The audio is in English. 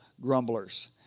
grumblers